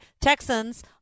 Texans